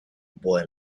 boy